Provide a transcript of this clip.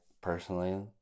personally